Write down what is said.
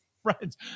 friends